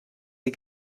sie